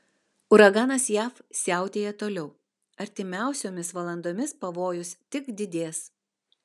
uraganas jav siautėja toliau artimiausiomis valandomis pavojus tik didės